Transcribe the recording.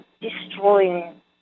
destroying